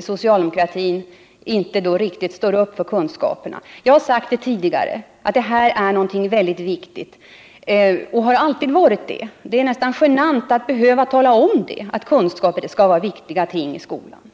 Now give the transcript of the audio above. socialdemokratin inte riktigt står upp för kunskaper. Kunskaper är och har alltid varit mycket viktiga, vilket jag har sagt tidigare. Det är nästan genant att behöva tala om att kunskaper är viktiga i skolan.